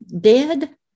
dead